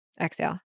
Exhale